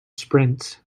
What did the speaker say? sprints